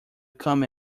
come